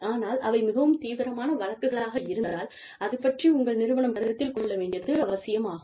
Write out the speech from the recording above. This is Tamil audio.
ஆனால் அவை மிகவும் தீவிரமான வழக்குகளாக இருந்தால் அது பற்றி உங்கள் நிறுவனம் கருத்தில் கொள்ள வேண்டியது அவசியமாகும்